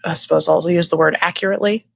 ah suppose also use the word accurately,